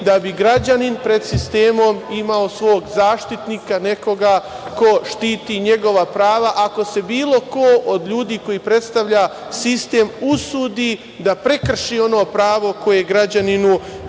da bi građanin pred sistemom imao svog zaštitnika, nekoga ko štiti njegova prava ako se bilo ko od ljudi koji predstavljaju sistem usudi da prekrši ono pravo koje građaninu